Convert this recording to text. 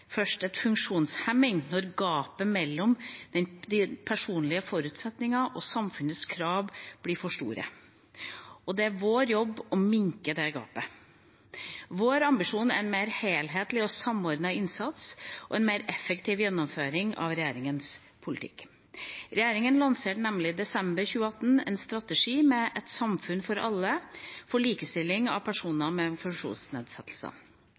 først en funksjonshemming når gapet mellom de personlige forutsetningene og samfunnets krav blir for store, og det er vår jobb å minske det gapet. Vår ambisjon er en mer helhetlig og samordnet innsats og en mer effektiv gjennomføring av regjeringas politikk. Regjeringa lanserte i desember 2018 strategien Et samfunn for alle, for likestilling av